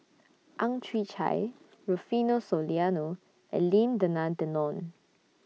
Ang Chwee Chai Rufino Soliano and Lim Denan Denon